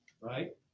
right